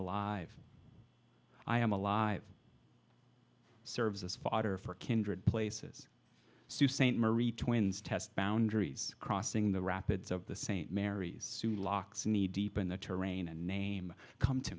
alive i am alive serves as fodder for kindred places st marie twins test boundaries crossing the rapids of the st mary's locks kneedeep in the terrain and name come to